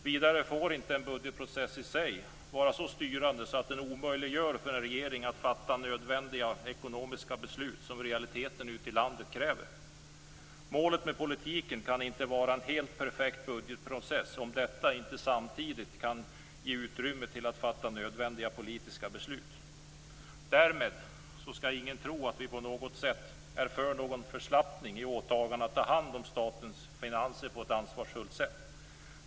Vidare får inte en budgetprocess i sig vara så styrande att den omöjliggör för en regering att fatta nödvändiga ekonomiska beslut som realiteterna ute i landet kräver. Målet för politiken kan inte vara en helt perfekt budgetprocess, om denna inte samtidigt ger utrymme för fattande av nödvändiga politiska beslut. Därmed skall ingen tro att vi på något sätt är för en förslappning i åtagandet att ta hand om statens finanser på ett ansvarsfullt sätt.